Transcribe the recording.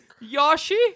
Yoshi